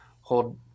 hold